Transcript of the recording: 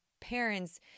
parents